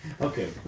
Okay